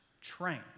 train